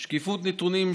שקיפות נתונים,